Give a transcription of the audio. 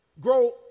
grow